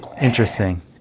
Interesting